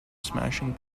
smashing